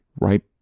right